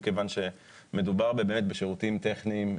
כיוון שמדובר באמת בשירותים טכניים,